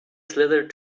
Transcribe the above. slithered